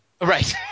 Right